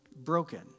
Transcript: broken